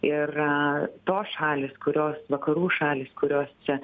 ir tos šalys kurios vakarų šalys kurios čia